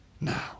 now